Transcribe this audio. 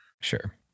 Sure